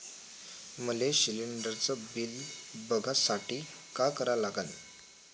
मले शिलिंडरचं बिल बघसाठी का करा लागन?